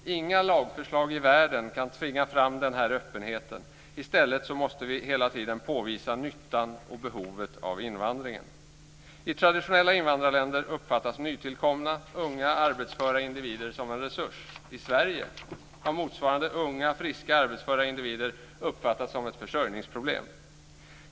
Inga lagförslag i världen kan tvinga fram den här öppenheten. I stället måste vi hela tiden påvisa nyttan med och behovet av invandringen. I traditionella invandrarländer uppfattas nytillkomna unga arbetsföra individer som en resurs. I Sverige har motsvarande unga friska arbetsföra individer uppfattats som ett försörjningsproblem.